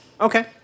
Okay